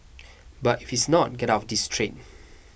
but if it's not get out of this trade